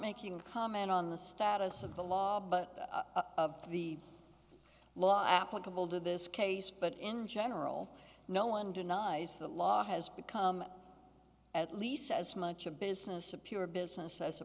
making a comment on the status of the law but the law applicable to this case but in general no one denies that law has become at least as much a business a pure business as a